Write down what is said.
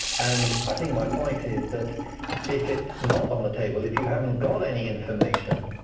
and i think my point is that if it's not on the table, if you haven't got any information